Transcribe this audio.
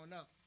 up